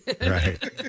right